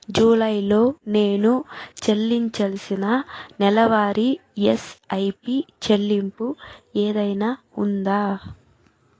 జూలైలో నేను చెల్లించాల్సిన నెలవారీ ఎస్ఐపీ చెల్లింపు ఏదైనా ఉందా